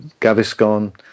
Gaviscon